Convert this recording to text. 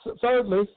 thirdly